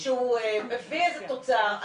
שהוא מביא איזו תוצאה,